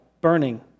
burning